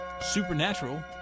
supernatural